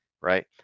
Right